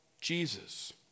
Jesus